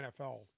NFL